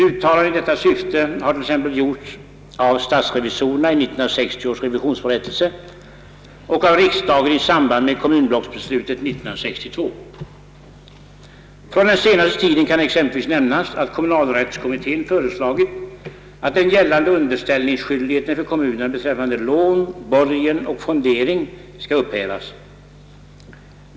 Uttalande i detta syfte har gjorts t.ex. av statsrevisorerna i 1960 års revisionsberättelse och av riksdagen i samband med kommunblocksbeslutet 1962. Från den senaste tiden kan exempelvis nämnas, att kommunalrättskommittén föreslagit, att den gällande underställningsskyldigheten för kommunerna beträffande lån, borgen och fondering skall upphävas.